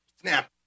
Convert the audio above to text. snap